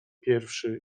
pierwszy